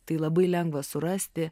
tai labai lengva surasti